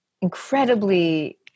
incredibly